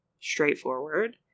straightforward